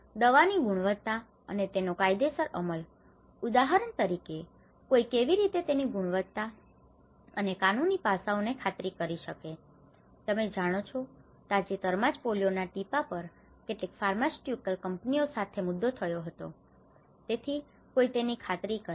દવા ની ગુણવત્તા અને તેનો કાયદેસર અમલ ઉદાહરણ તરીકે કોઈ કેવી રીતે તેની ગુણવત્તા અને કાનૂની પાસાઓને ખાતરી કરી શકે છે તમે જાણો છો તાજેતરમાં જ પોલિયો ના ટીપા પર કેટલીક ફાર્માસ્યુટિકલ કંપનીઓ સાથે મુદ્દો થયો હતો તેથી કોઈ તેની ખાતરી કરે